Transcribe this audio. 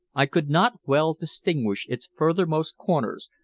i could not well distinguish its furthermost corners,